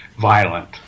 violent